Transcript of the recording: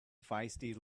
feisty